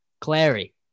Clary